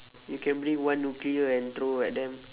you can bring one nuclear and throw at them